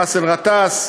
באסל גטאס,